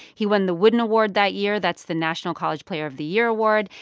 he won the wooden award that year. that's the national college player of the year award.